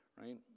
right